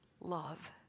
love